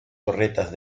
torretas